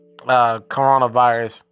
coronavirus